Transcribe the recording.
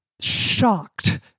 shocked